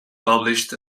published